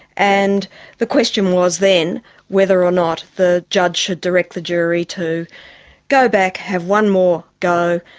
and the question was then whether or not the judge had directed the jury to go back, have one more go,